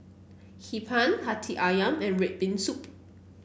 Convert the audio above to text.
Hee Pan hati ayam and red bean soup